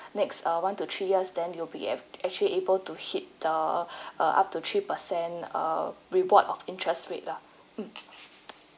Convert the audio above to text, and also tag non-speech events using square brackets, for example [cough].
next uh one to three years then you will be ac~ actually able to hit the [breath] uh up to three percent err reward of interest rate lah mm